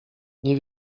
nie